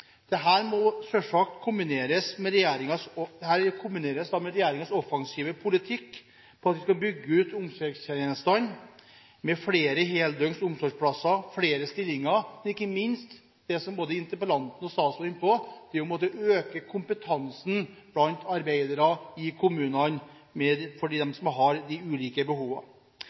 kombineres med regjeringens offensive politikk med hensyn til at vi skal bygge ut omsorgstjenestene med flere heldøgns omsorgsplasser og flere stillinger, men ikke minst med hensyn til det som både interpellanten og statsråden var inne på: å øke kompetansen blant dem i kommunen som arbeider med dem som har de ulike